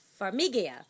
Farmiga